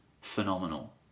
phenomenal